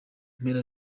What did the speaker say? mpera